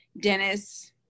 Dennis